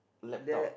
laptop